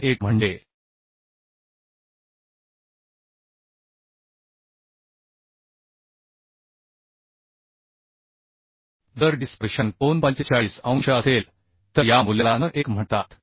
n1 म्हणजे जर dispersion कोन 45 अंश असेल तर या मूल्याला n1 म्हणतात